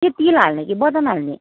के तिल हाल्ने कि बदम हाल्ने